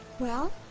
well,